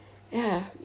ya